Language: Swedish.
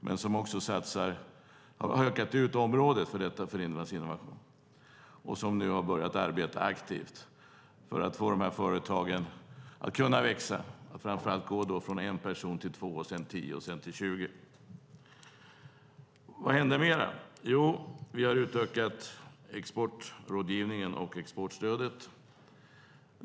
Men området för Inlandsinnovation har utökats, och man har nu börjat arbeta aktivt för att få dessa företag att kunna växa och att framför allt kunna gå från 1 person till 2, sedan till 10 och till 20. Vad händer mer? Jo, vi har utökat exportrådgivningen och exportstödet.